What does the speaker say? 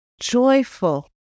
joyful